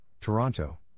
Toronto